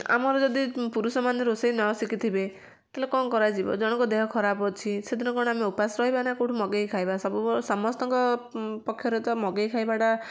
ଆମର ଯଦି ପୁରୁଷମାନେ ରୋଷେଇ ନ ଶିକିଥିବେ ତାଲେ କ'ଣ କରାଯିବ ଜଣଙ୍କ ଦେହ ଖରାପ ଅଛି ସେ ଦିନ କ'ଣ ଆମେ ଉପାସ ରହିବା ନାଁ କେଉଁଠୁ ମଗେଇକି ଖାଇବା ସବୁ ବ ସମସ୍ତଙ୍କ ପକ୍ଷରେ ତ ମଗେଇକି ଖାଇବାଟା